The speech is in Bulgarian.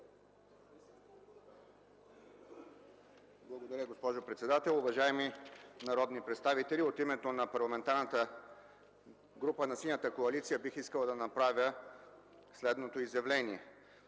Благодаря, госпожо председател. Уважаеми народни представители, от името на Парламентарната група на Синята коалиция бих искал да направя следното изявление.